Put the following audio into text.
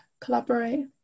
collaborate